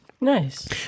Nice